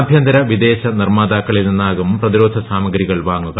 ആഭ്യന്തര വിദേശ നിർമ്മാതാക്കളിൽ നിന്നാകും പ്രതിരോധ സാമഗ്രികൾ വാങ്ങുക